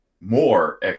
more